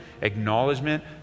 acknowledgement